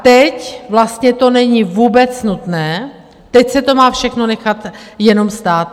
Teď vlastně to není vůbec nutné, teď se to má všechno nechat jenom státu.